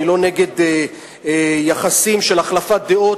אני לא נגד יחסים של החלפת דעות,